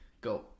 go